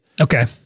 Okay